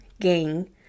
gang